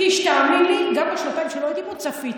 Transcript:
קיש, תאמין לי, גם בשנתיים שלא הייתי פה צפיתי.